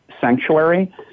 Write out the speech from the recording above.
Sanctuary